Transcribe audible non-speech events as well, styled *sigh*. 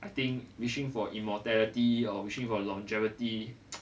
I think wishing for immortality or wishing for longevity *noise*